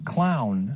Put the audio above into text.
Clown